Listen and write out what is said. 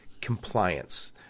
Compliance